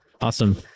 Awesome